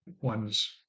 one's